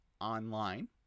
online